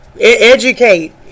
educate